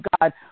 God